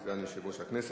סגן יושב-ראש הכנסת,